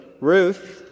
Ruth